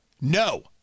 No